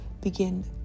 begin